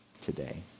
today